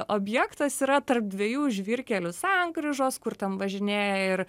objektas yra tarp dviejų žvyrkelių sankryžos kur ten važinėja ir